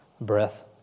breath